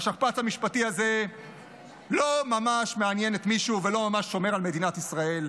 השכפ"ץ המשפטי הזה לא ממש מעניין את מישהו ולא ממש שומר על מדינת ישראל,